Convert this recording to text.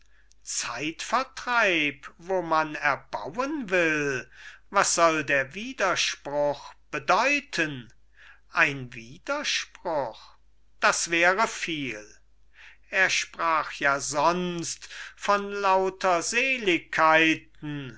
zeitvertreib wo man erbauen will was soll der widerspruch bedeuten ein widerspruch das wäre viel er sprach ja sonst von lauter seligkeiten